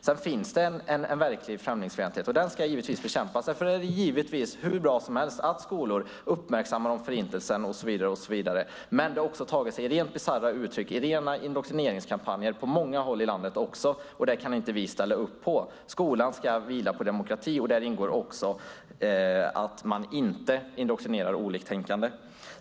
Sedan finns det en verklig främlingsfientlighet, och den ska givetvis bekämpas. Därför är det givetvis hur bra som helst att skolor uppmärksammar Förintelsen och så vidare. Men det har också tagit sig rent bisarra uttryck i rena indoktrineringskampanjer på många håll i landet, och det kan vi inte ställa upp på. Skolan ska vila på demokrati, och där ingår också att man inte indoktrinerar oliktänkande.